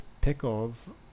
pickles